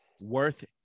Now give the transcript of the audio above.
worth